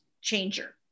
changer